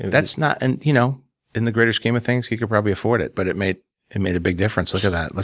that's not and you know in the greater scheme of things, he could probably afford it. but it made it made a big difference. look at that.